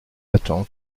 attend